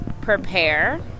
prepare